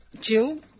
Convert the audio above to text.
Jill